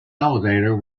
elevator